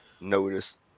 notice